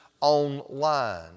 online